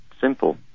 Simple